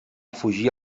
fugir